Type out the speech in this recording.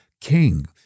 king